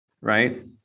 Right